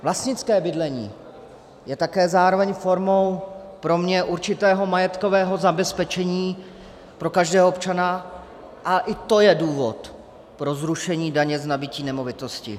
Vlastnické bydlení je také zároveň formou pro mě určitého majetkového zabezpečení pro každého občana, a i to je důvod pro zrušení daně z nabytí nemovitosti.